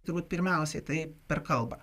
turbūt pirmiausiai tai per kalbą